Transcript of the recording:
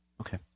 Okay